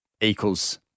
equals